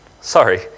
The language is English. Sorry